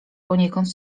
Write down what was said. poniekąd